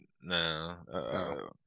No